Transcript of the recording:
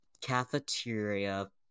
cafeteria